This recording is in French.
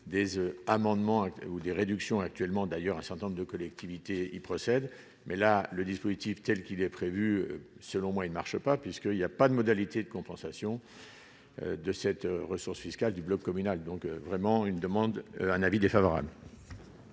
oeufs amendement ou des réductions actuellement d'ailleurs un certain nombre de collectivités, il procède mais là le dispositif telle qu'il est prévu, selon moi, il ne marche pas puisque, il y a pas de modalités de compensation de cette ressource fiscale du bloc communal donc vraiment une demande un avis défavorable.